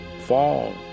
fall